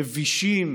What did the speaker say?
מבישים